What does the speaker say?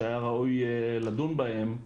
שהיה ראוי לדון בהם,